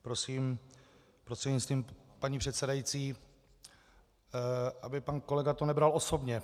Prosím prostřednictvím paní předsedající, aby to pan kolega nebral osobně.